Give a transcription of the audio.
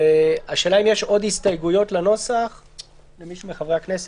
השאלה אם יש עוד הסתייגויות לנוסח למישהו מחברי הכנסת.